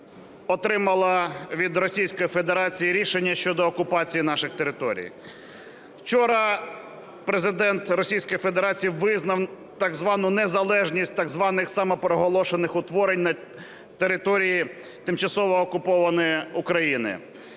отримала від Російської Федерації рішення щодо окупації наших територій. Вчора Президент Російської Федерації визнав, так звану, незалежність так званих самопроголошених утворень на території тимчасово окупованої України,